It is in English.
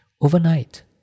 overnight